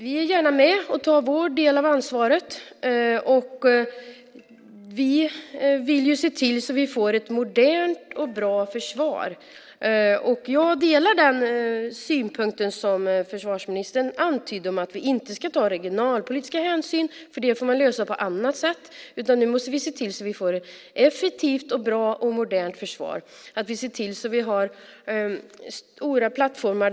Vi är gärna med och tar vår del av ansvaret. Vi vill se till att landet får ett modernt och bra försvar. Jag instämmer i det som försvarsministern antydde, att vi inte ska ta regionalpolitiska hänsyn. Sådant får lösas på annat sätt. Nu måste vi se till att få ett effektivt, bra och modernt försvar och se till att ha stora plattformar.